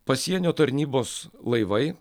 pasienio tarnybos laivai